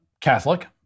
Catholic